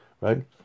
Right